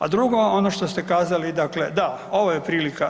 A drugo ono što ste kazali dakle, da ovo je prilika.